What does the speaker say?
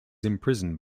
imprisoned